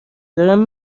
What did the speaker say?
دارم